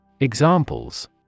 Examples